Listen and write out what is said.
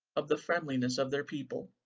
of the friendliness of their people.